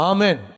Amen